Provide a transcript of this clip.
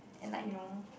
and like you know